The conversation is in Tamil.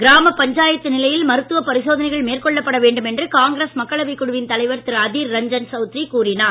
கிராம பஞ்சாயத்து நிலையில் மருத்துவ பரிசோதனைகள் மேற்கொள்ளப்பட வேண்டும் என்று காங்கிரஸ் மக்களவைக் குழுவின் தலைவர் திரு அதீர் ரஞ்சன் சௌத்ரி கூறினார்